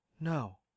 no